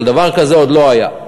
אבל דבר כזה עוד לא היה,